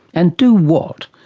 and do what?